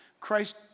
Christ